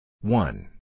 one